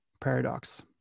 paradox